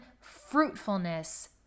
fruitfulness